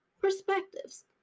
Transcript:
perspectives